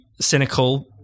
cynical